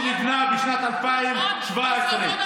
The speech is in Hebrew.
שנבנה בשנת 2017. נכון,